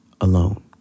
alone